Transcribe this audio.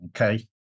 Okay